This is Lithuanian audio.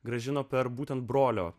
grąžino per būtent brolio